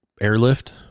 airlift